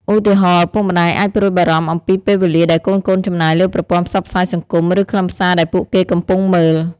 ឧទាហរណ៍ ឪពុកម្តាយអាចព្រួយបារម្ភអំពីពេលវេលាដែលកូនៗចំណាយលើប្រព័ន្ធផ្សព្វផ្សាយសង្គម ឬខ្លឹមសារដែលពួកគេកំពុងមើល។